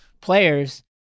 players